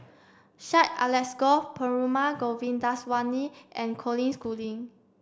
Syed Alsagoff Perumal Govindaswamy and Colin Schooling